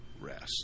rest